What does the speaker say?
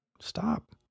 Stop